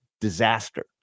disaster